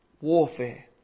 warfare